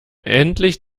endlich